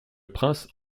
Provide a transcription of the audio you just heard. prince